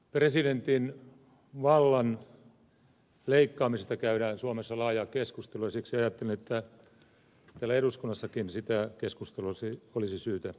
presidentin vallan leikkaamisesta käydään suomessa laajaa keskustelua ja siksi ajattelin että täällä eduskunnassakin sitä keskustelua olisi syytä käydä